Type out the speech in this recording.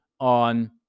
on